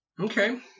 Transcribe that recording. Okay